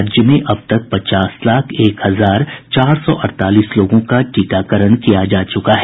राज्य में अब तक पचास लाख एक हजार चार सौ अड़तालीस लोगों का टीकाकरण किया जा चुका है